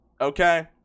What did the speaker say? Okay